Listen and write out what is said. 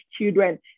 children